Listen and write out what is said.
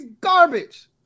garbage